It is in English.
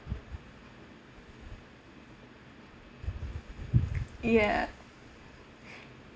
ya